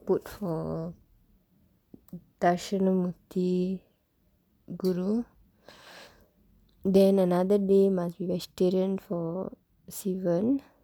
put for Dakshina Murthy குரு:thatshanaa muurththi kuru then another day must be vegetarian for Sivan